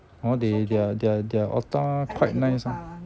hor they their their their otah quite nice ah